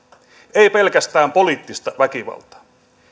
ei pelkästään poliittista väkivaltaa